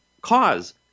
cause